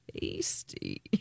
tasty